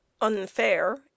unfair